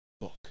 book